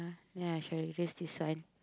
ya i show you this this one